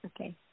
Okay